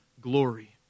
glory